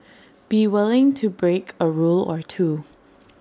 be willing to break A rule or two